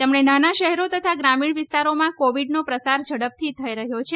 તેમણે નાના શહેરો તથા ગ્રામીણ વિસ્તારોમાં કોવીડનો પ્રસાર ઝડપથી થઇ રહ્યો છે